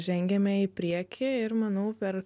žengiame į priekį ir manau per